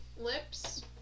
lips